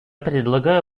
предлагаю